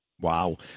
Wow